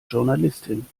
journalistin